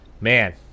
Man